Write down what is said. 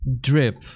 drip